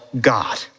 God